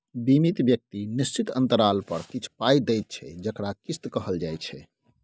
बीमित व्यक्ति निश्चित अंतराल पर किछ पाइ दैत छै जकरा किस्त कहल जाइ छै